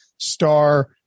star